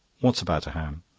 what's about a ham?